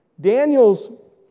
Daniel's